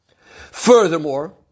Furthermore